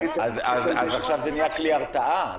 אז עכשיו זה נהיה כלי הרתעה?